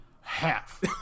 Half